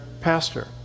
Pastor